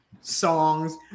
songs